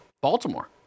baltimore